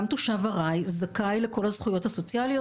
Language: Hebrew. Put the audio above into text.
גם תושב ארעי זכאי לכל הזכויות הסוציאליות.